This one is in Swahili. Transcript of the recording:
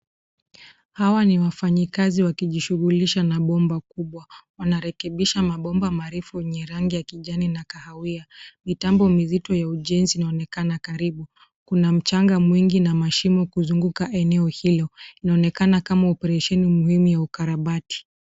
Hawa ni wafanyikazi wakijishughulisha na bomba kubwa. Wanarekebisha mabomba marefu yenye rangi ya kijani na kahawia. Mitambo mizito ya ujenzi inaonekana karibu. Kuna mchanga mwingi na mashimo kuzunguka eneo hilo. Inaonekana kama oparesheni muhimu ya ukarabati.